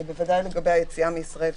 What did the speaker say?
בוודאי לגבי היציאה מישראל.